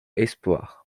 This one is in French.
espoirs